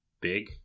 big